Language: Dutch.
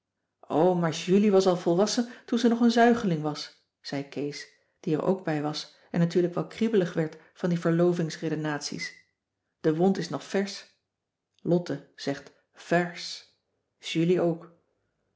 maar julie was al volwassen toen ze nog een zuigeling was zei kees die er ook bij was en natuurlijk wel kriebelig werd van die verlovingsredenaties de wond is nog versch lotte zegt vaersch julie ook